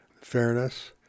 fairness